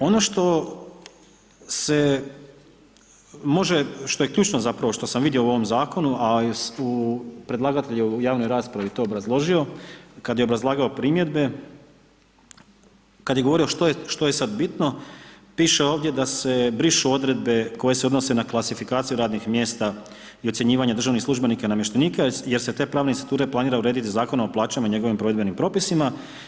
Ono što se može, što je ključno zapravo, što sam vidio u ovom zakonu a i predlagatelj je u javnoj raspravi to obrazložio kada je obrazlagao primjedbe, kada je govorio što je sada bitno, piše ovdje da se brišu odredbe koje se odnose na klasifikaciju radnih mjesta i ocjenjivanje državnih službenika i namještenika jer se te pravne institute planira urediti Zakonom o plaćama i njegovim provedbenim propisima.